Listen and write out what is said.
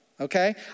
Okay